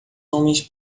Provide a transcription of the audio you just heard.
homens